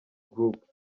group